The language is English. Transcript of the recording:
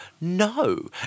no